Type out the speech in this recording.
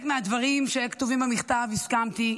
עם חלק מהדברים שכתובים במכתב הסכמתי,